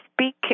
speak